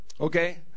Okay